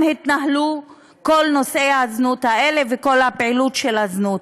התנהלו כל נושאי הזנות האלה וכל הפעילות של הזנות.